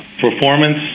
performance